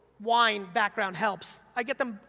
wine background helps, i get them,